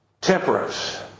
temperance